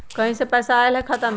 कहीं से पैसा आएल हैं खाता में?